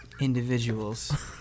individuals